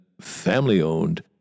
family-owned